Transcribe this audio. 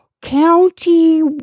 county